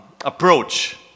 approach